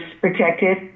protected